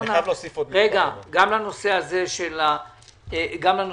גם לנושא הזה של המענקים.